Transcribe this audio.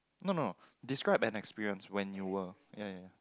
no no describe an experience when you were ya ya